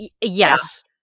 Yes